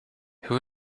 who